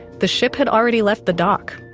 the ship had already left the dock.